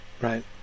Right